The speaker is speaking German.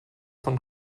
von